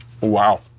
Wow